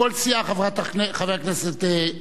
חבר הכנסת הרצוג,